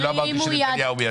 אני לא אמרתי שנתניהו מייצג.